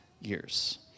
years